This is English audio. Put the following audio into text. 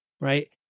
right